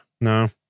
no